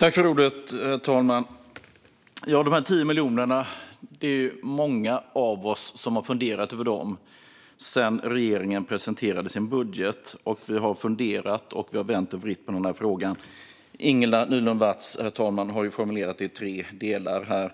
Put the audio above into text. Herr talman! Ja, de här 10 miljonerna är det många av oss som funderat över sedan regeringen presenterade sin budget. Vi har funderat, och vi har vänt och vridit på den här frågan. Ingela Nylund Watz har formulerat den i tre delar här.